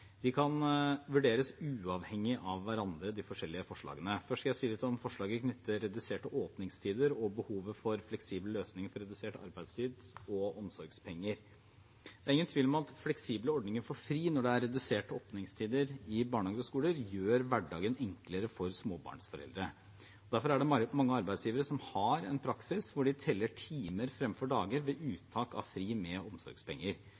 De forskjellige forslagene kan vurderes uavhengig av hverandre. Først skal jeg si litt om forslaget knyttet til reduserte åpningstider og behovet for fleksible løsninger for redusert arbeidstid og omsorgspenger. Det er ingen tvil om at fleksible ordninger for fri når det er reduserte åpningstider i barnehager og skoler, gjør hverdagen enklere for småbarnsforeldre. Derfor er det mange arbeidsgivere som har en praksis hvor de teller timer fremfor dager ved uttak av fri med omsorgspenger.